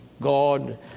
God